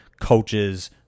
coaches